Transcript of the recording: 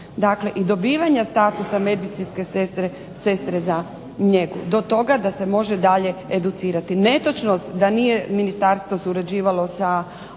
i dobivanja statusa medicinske sestre za njegu do toga da se može dalje educirati. Netočnost da nije ministarstvo surađivalo sa